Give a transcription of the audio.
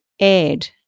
add